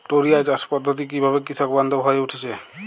টোরিয়া চাষ পদ্ধতি কিভাবে কৃষকবান্ধব হয়ে উঠেছে?